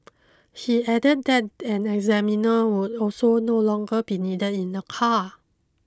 he added that an examiner would also no longer be needed in the car